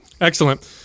Excellent